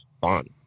fun